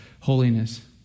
holiness